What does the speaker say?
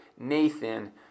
Nathan